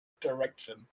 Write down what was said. direction